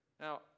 Now